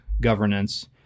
governance